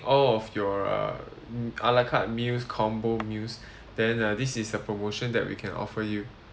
all of your uh a la carte meals combo meals then uh this is a promotion that we can offer you